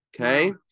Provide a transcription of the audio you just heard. Okay